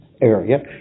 area